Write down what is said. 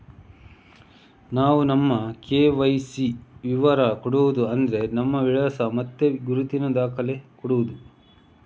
ನಾವು ನಮ್ಮ ಕೆ.ವೈ.ಸಿ ವಿವರ ಕೊಡುದು ಅಂದ್ರೆ ನಮ್ಮ ವಿಳಾಸ ಮತ್ತೆ ಗುರುತಿನ ದಾಖಲೆ ಕೊಡುದು